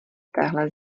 téhle